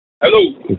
Hello